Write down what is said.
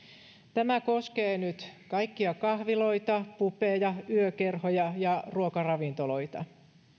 tämä koskee nyt kaikkia kahviloita pubeja yökerhoja ja ruokaravintoloita